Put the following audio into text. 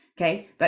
okay